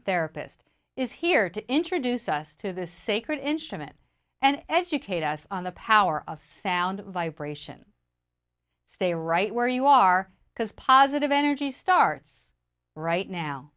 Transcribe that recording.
therapist is here to introduce us to the sacred instrument and educate us on the power of sound vibration stay right where you are because positive energy starts right now